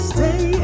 Stay